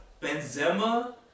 Benzema